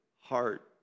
heart